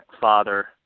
father